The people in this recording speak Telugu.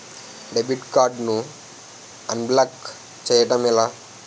డెబిట్ కార్డ్ ను అన్బ్లాక్ బ్లాక్ చేయటం ఎలా?